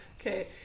Okay